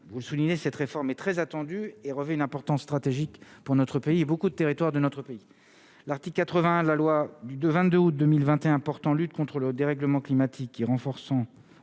vous soulignez, cette réforme est très attendue et revêt une importance stratégique pour notre pays et beaucoup de territoires de notre pays, l'Arctique 80 la loi du 2 22 août 2021 portant lutte contre le dérèglement climatique qui renforçant,